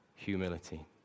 Humility